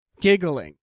giggling